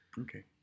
Okay